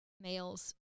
males